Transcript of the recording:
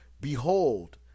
Behold